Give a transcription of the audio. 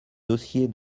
dossier